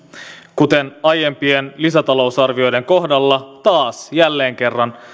kuten aiempien lisätalousarvioiden kohdalla taas jälleen kerran